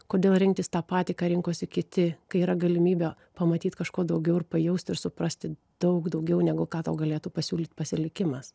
kodėl rinktis tą patį ką rinkosi kiti kai yra galimybė pamatyti kažko daugiau ir pajaust ir suprasti daug daugiau negu ką tau galėtų pasiūlyt pasilikimas